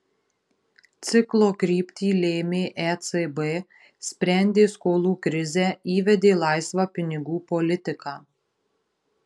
ciklo kryptį lėmė ecb sprendė skolų krizę įvedė laisvą pinigų politiką